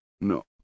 No